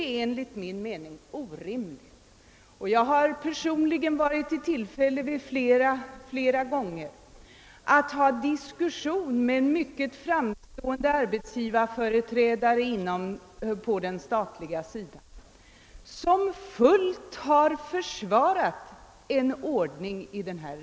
Jag har personligen flera gånger varit i tillfälle att diskutera detta med mycket framstående arbetsgivarföreträdare på den statliga sidan som helt har försvarat en sådan ordning.